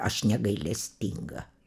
aš negailestinga